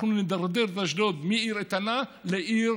אנחנו נדרדר את אשדוד מעיר איתנה לעיר,